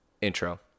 intro